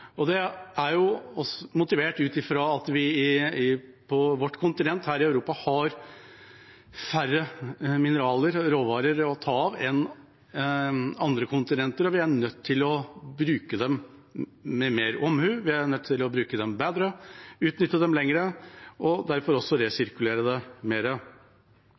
Europa har færre mineraler og råvarer å ta av enn andre kontinenter, og vi er nødt til å bruke dem med mer omhu. Vi er nødt til å bruke dem bedre, utnytte dem lenger og derfor også resirkulere dem mer. Regjeringa har gjort ganske mye på det.